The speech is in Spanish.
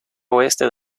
oeste